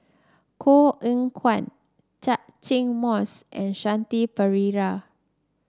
Koh Eng Kian Catchick Moses and Shanti Pereira